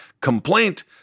complaint